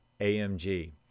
AMG